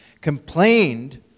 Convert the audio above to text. complained